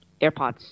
AirPods